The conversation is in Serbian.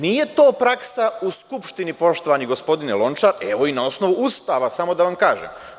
Nije to praksa u Skupštini, poštovani gospodine Lončar, evo i na osnovu Ustava, samo da vam kažem.